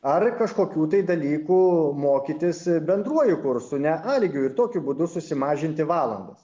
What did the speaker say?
ar kažkokių tai dalykų mokytis bendruoju kursu ne a lygiu ir tokiu būdu susimažinti valandas